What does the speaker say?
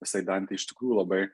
jisai dantę iš tikrųjų labai